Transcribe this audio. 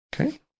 Okay